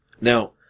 Now